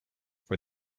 for